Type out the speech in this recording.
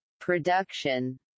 production